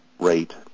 rate